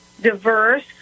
diverse